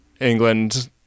England